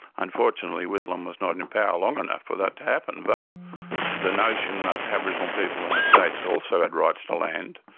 unfortunately whitlam was not in in power long enough for that to happen, but the notion that aboriginal people in the states also had rights to land,